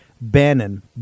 Bannon